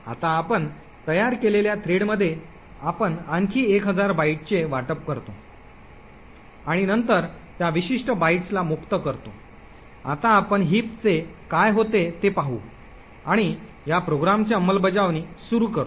आता आपण तयार केलेल्या थ्रेड मध्ये आपण आणखी एक हजार बाइटचे वाटप करतो आणि नंतर त्या विशिष्ट बाइट्सला मुक्त करतो आता आपण हिपचे काय होते ते पाहू आणि या प्रोग्रामची अंमलबजावणी सुरू करतो